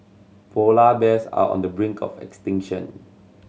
polar bears are on the brink of extinction